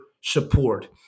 support